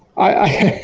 i.